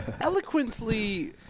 eloquently